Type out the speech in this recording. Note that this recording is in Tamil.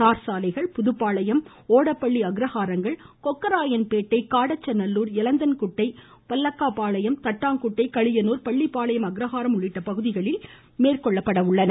தார் சாலைகள் புதுப்பாளையம் ஓடப்பள்ளி அக்ரஹாரங்கள் கொக்கராயன்பேட்டை காடச்சநல்லூர் எலந்தன்குட்டை பல்லக்காபாளையம் தட்டாங்குட்டை களியனூர் பள்ளிப்பாளையம் அக்ரஹாரம் உள்ளிட்ட பகுதிகளில் மேற்கொள்ளப்பட உள்ளன